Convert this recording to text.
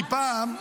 כי פעם,